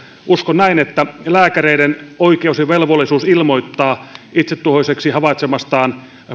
uskon näin että lääkäreiden oikeus ja velvollisuus ilmoittaa itsetuhoiseksi havaitsemastaan